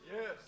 Yes